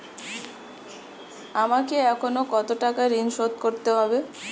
আমাকে এখনো কত টাকা ঋণ শোধ করতে হবে?